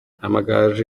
amagaju